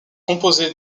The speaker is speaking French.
composé